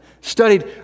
Studied